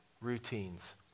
routines